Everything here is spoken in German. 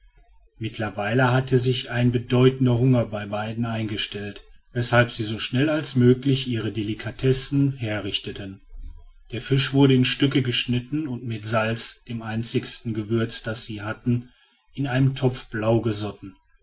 mittlerweile hatte sich ein bedeutener hunger bei beiden eingestellt weshalb sie so schnell als möglich ihre delikatessen herrichteten der fisch wurde in stücke geschnitten und mit salz dem einzigen gewürz das sie hatten in einem topfe blau gesotten